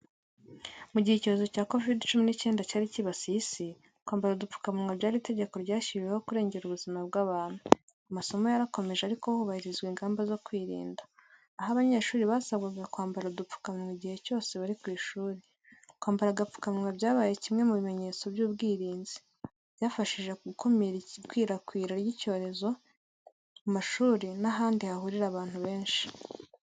Mu gihe icyorezo cya COVID-19 cyari cyibasiye isi, kwambara udupfukamunwa byari itegeko ryashyiriweho kurengera ubuzima bw’abantu. Amasomo yarakomeje ariko hubahirizwa ingamba zo kwirinda, aho abanyeshuri basabwaga kwambara udupfukamunwa igihe cyose bari ku ishuri. Kwambara agapfukamunwa byabaye kimwe mu bimenyetso by'ubwirinzi, byafashije mu gukumira ikwirakwira ry’icyorezo mu mashuri n’ahandi hahurira abantu benshi.